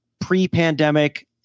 pre-pandemic